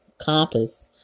compass